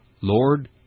Lord